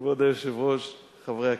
כבוד היושב-ראש, חברי הכנסת,